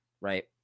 right